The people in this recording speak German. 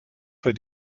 für